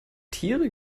tiere